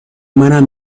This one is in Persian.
منم